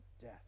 death